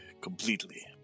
completely